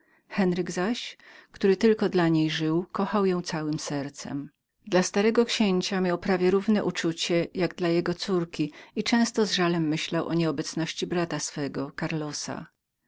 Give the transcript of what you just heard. henryk zaś który tylko dla niej oddychał kochał ją całem sercem dla starego księcia miał prawie równe uczucie jak dla jego córki i często z żalem myślał o nieobecności brata swego karlosa